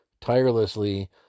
tirelessly